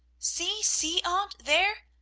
see, see, aunt, there!